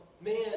man